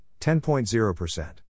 10.0%